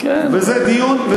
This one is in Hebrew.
וזה דיון חשוב.